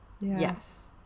Yes